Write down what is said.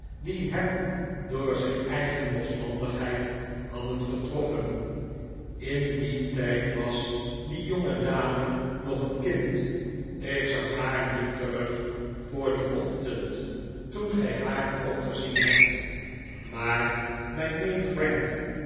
die hem door zijn eigen losbandigheid hadden getroffen in dien tijd was die jongedame nog een kind ik zag haar niet terug voor dien ochtend toen gij haar ook gezien hebt maar mijn neef frank